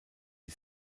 die